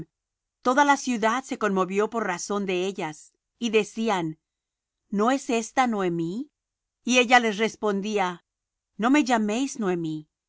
toda la ciudad se conmovió por razón de ellas y decían no es ésta noemi y ella les respondiá no me llaméis noemi